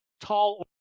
tall